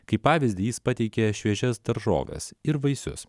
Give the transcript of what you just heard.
kaip pavyzdį jis pateikė šviežias daržoves ir vaisius